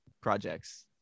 projects